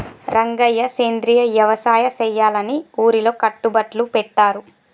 రంగయ్య సెంద్రియ యవసాయ సెయ్యాలని ఊరిలో కట్టుబట్లు పెట్టారు